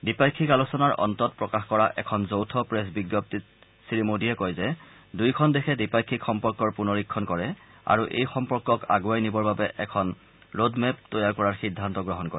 দ্বিপাক্ষিক আলোচনাৰ অন্তত প্ৰকাশ কৰা এখন যৌথ প্ৰেছ বিজ্ঞপ্তিত শ্ৰীমোদীয়ে কয় যে দুয়োখন দেশে দ্বিপাক্ষিক সম্পৰ্কৰ পুনৰীক্ষণ কৰে আৰু এই সম্পৰ্কক আণ্ডৱাই নিবৰ বাবে এখন ৰড মেপ তৈয়াৰ কৰাৰ সিদ্ধান্ত গ্ৰহণ কৰে